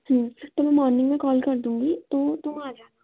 तो मैं मॉर्निंग में कॉल कर दूँगी तो तुम आ जाना